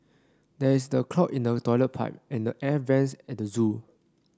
there is the clog in the toilet pipe and the air vents at the zoo